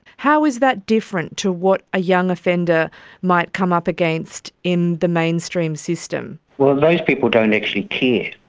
how is that different to what a young offender might come up against in the mainstream system? well, those people don't actually care.